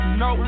no